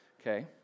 okay